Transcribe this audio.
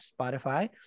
Spotify